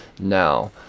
Now